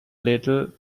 little